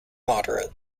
moderate